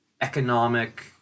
economic